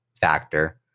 factor